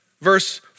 Verse